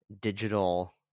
digital